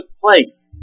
place